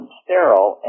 sterile